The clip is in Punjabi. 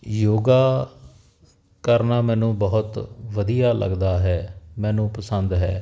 ਯੋਗਾ ਕਰਨਾ ਮੈਨੂੰ ਬਹੁਤ ਵਧੀਆ ਲੱਗਦਾ ਹੈ ਮੈਨੂੰ ਪਸੰਦ ਹੈ